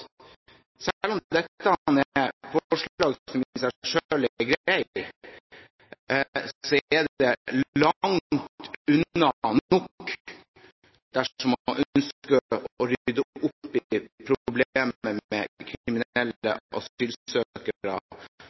om dette er forslag som i seg selv er greie, er det langt fra nok dersom man ønsker å rydde opp i problemet med kriminelle